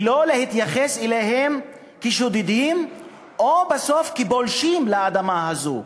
ולא להתייחס אליהם כשודדים או בסוף כפולשים לאדמה הזאת.